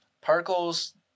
particles